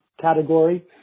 category